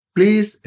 Please